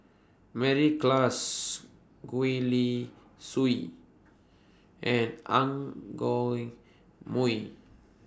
Mary Klass Gwee Li Sui and Ang Mooi